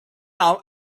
now